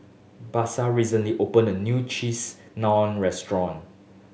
Basil recently open a new Cheese Naan Restaurant